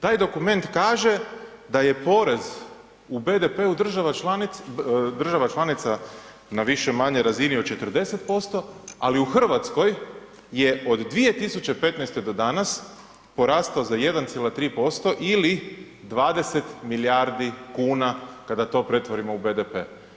Taj dokument kaže da je porez u BDP-u država članica na više-manje razini od 40%, ali u Hrvatskoj je od 2015. do danas porastao za 1,3% ili 20 milijardi kuna, kada to pretvorimo u BDP.